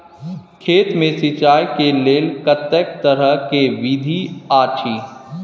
खेत मे सिंचाई के लेल कतेक तरह के विधी अछि?